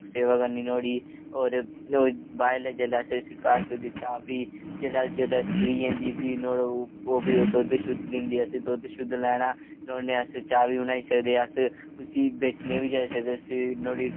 सेवा करनी नुआढ़ी और बाद च जेल्ओलै असें उसी घा दित्ता प्ही जेल्लै सूई जंदी नुआढ़े ओह् प्ही दुद्ध दिंदी ओह् असें दुद्ध लैना नुहाड़े कन्नै चाह् बी बनाई सकदे अस उसी बेचने गी बी जाई सकदे नुहाड़ी